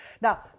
Now